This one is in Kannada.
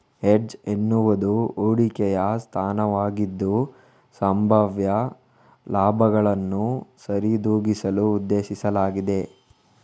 ಹೆಡ್ಜ್ ಎನ್ನುವುದು ಹೂಡಿಕೆಯ ಸ್ಥಾನವಾಗಿದ್ದು, ಸಂಭಾವ್ಯ ಲಾಭಗಳನ್ನು ಸರಿದೂಗಿಸಲು ಉದ್ದೇಶಿಸಲಾಗಿದೆ